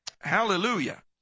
Hallelujah